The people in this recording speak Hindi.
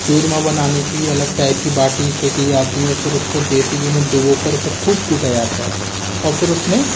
चूरमा बनाने के लिए अलग टाइप की बाटी सेंकी जाती है फ़िर उसको देसी घी में डुबो कर उसको खूब कूटा जाता है और फ़िर उसमें